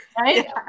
Right